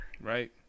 Right